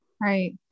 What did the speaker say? Right